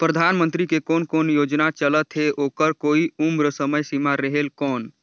परधानमंतरी के कोन कोन योजना चलत हे ओकर कोई उम्र समय सीमा रेहेल कौन?